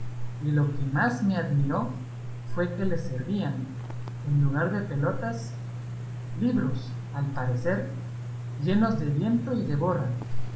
y lo que más me admiró fue que les servían en lugar de pelotas libros al parecer llenos de viento y de borra